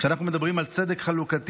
כשאנחנו מדברים על צדק חלוקתי,